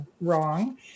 wrong